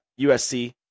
USC